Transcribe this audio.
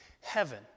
heaven